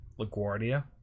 LaGuardia